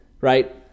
right